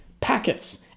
packets